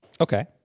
Okay